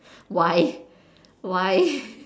why why